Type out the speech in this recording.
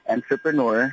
entrepreneur